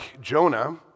Jonah